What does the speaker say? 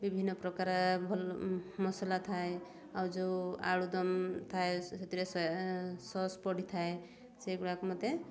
ବିଭିନ୍ନ ପ୍ରକାର ଭଲ ମସଲା ଥାଏ ଆଉ ଯେଉଁ ଆଳୁଦମ୍ ଥାଏ ସେଥିରେ ସସ୍ ପଡ଼ିଥାଏ ସେଗୁଡ଼ାକ ମୋତେ